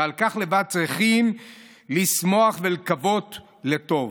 ועל כך לבד צריכים לשמוח ולקוות לטוב.